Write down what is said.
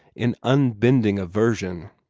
in unbending aversion.